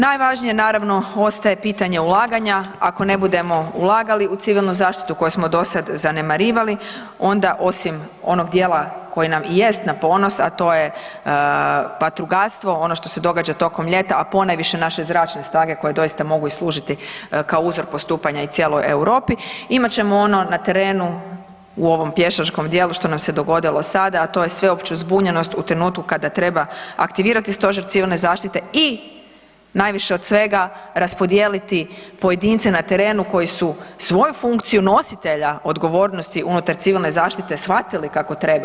Najvažnije naravno ostaje pitanje ulaganja, ako ne budemo ulagali u civilnu zaštitu koju smo do sad zanemarivali onda osim onog dijela koji nam i jest na ponos, a to je vatrogastvo ono što se događa tokom ljeta, a ponajviše naše zračne snage koje doista mogu i služiti kao uzor postupanja i cijeloj Europi imat ćemo ono na terenu u ovom pješačkom dijelu što nam se dogodilo sada, a to je sveopću zbunjenost u trenutku kada treba aktivirati stožer civilne zaštite i najviše od svega raspodijeliti pojedince na terenu koji su svoju funkciju nositelja odgovornosti unutar civilne zaštite shvatili kako treba.